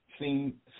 seen